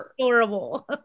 adorable